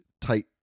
tight